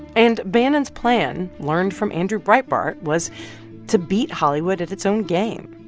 and bannon's plan, learned from andrew breitbart, was to beat hollywood at its own game,